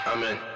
Amen